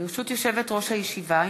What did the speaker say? ברשות יושבת-ראש הישיבה,